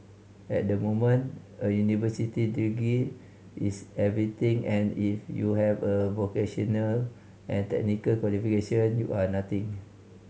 at the moment a university degree is everything and if you have a vocational and technical qualification you are nothing